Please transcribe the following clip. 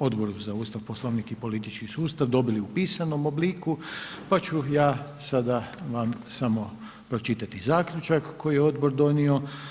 Odboru za Ustav, Poslovnik i politički sustav doboli u pisanom obliku pa ću ja sada vam samo pročitati zaključak koji je odbor donio.